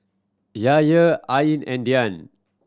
Yahaya Ain and Dian